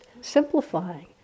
simplifying